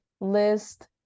list